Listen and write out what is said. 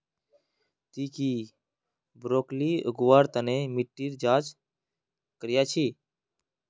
ती की ब्रोकली उगव्वार तन मिट्टीर जांच करया छि?